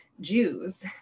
Jews